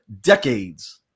decades